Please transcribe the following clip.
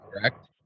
correct